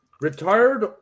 Retired